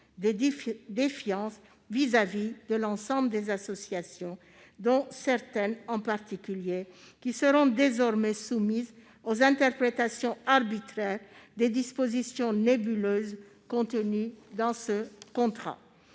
de défiance vis-à-vis de l'ensemble des associations ; certaines, en particulier, seront désormais soumises aux interprétations arbitraires des dispositions nébuleuses de ce contrat.